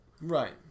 Right